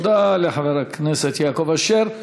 תודה לחבר הכנסת יעקב אשר.